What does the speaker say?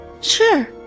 Sure